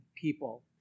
people